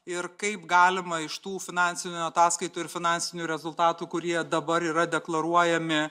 ir kaip galima iš tų finansinių ataskaitų ir finansinių rezultatų kurie dabar yra deklaruojami